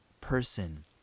person